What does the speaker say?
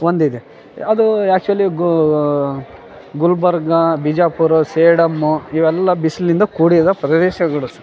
ಹೊಂದಿದೆ ಅದು ಆ್ಯಕ್ಚುವಲಿ ಗುಲ್ಬರ್ಗ ಬಿಜಾಪುರ ಸೇಡಮ್ಮು ಇವೆಲ್ಲ ಬಿಸಿಲಿಂದ ಕೂಡಿರೋ ಪ್ರದೇಶಗಳು